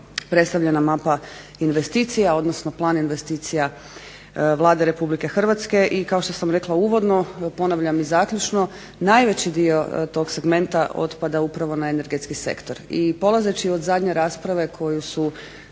predstavljena mapa investicija odnosno plan investicija Vlade RH. I kao što sam rekla uvodno ponavljam i zaključno najveći dio tog segmenta otpada upravo na energetski sektor. I polazeći od zadnje rasprave koju su